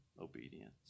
obedience